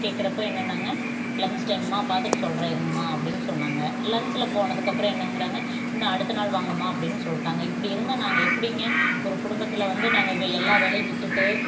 கேட்குறப்ப என்னன்னாங்க லன்ச் டைம்மா பார்த்துட்டு சொல்கிறேன் இருங்கம்மா அப்படின்னு சொன்னாங்க லன்ச்சில் போனதுக்கப்புறம் என்னங்கிறாங்க இன்னும் அடுத்த நாள் வாங்கம்மா அப்படின் சொல்லிட்டாங்க இப்படி இருந்தால் நாங்கள் எப்படிங்க ஒரு குடும்பத்தில் வந்து நாங்கள் வே எல்லா வேலையும் விட்டுவிட்டு